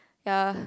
ya